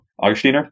Augustiner